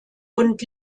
und